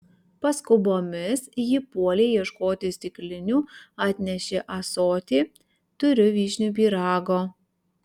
paskubomis ji puolė ieškoti stiklinių atnešė ąsotį turiu vyšnių pyrago